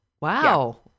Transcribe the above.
Wow